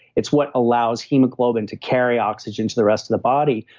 it's what allows hemoglobin to carry oxygen to the rest of the body.